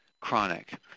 chronic